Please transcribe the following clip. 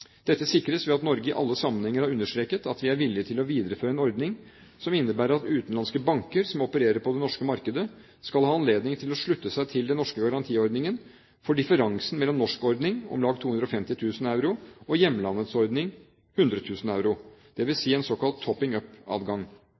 Dette sikres ved at Norge i alle sammenhenger har understreket at vi er villig til å videreføre en ordning som innebærer at utenlandske banker som opererer på det norske markedet, skal ha anledning til å slutte seg til den norske garantiordningen for differensen mellom norsk ordning, om lag 250 000 euro, og hjemlandets ordning, 100 000 euro, dvs. en såkalt